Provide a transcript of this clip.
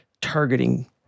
targeting